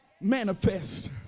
manifest